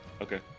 Okay